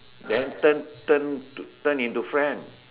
then turn turn turn turn into friend